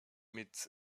mit